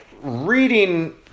reading